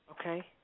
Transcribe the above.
Okay